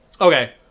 Okay